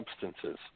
substances